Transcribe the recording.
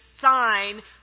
sign